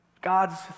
God's